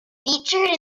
featured